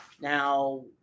Now